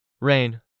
Rain